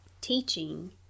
teaching